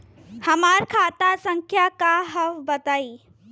हमार खाता संख्या का हव बताई?